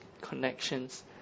connections